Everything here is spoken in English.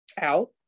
out